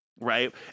Right